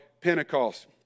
pentecost